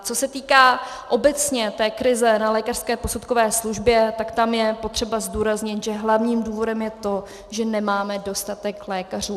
Co se týká obecně krize na Lékařské posudkové službě, tak tam je potřeba zdůraznit, že hlavním důvodem je to, že nemáme dostatek lékařů.